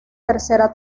tercera